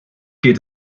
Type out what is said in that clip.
geht